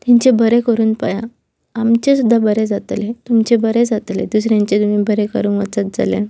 तेंचे बरें करून पळया आमचें सुद्दां बरें जातले तुमचें बरें जातले दुसऱ्यांचे तुमी बरें करूंक वचत जाल्यार